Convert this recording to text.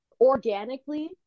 organically